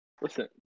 Listen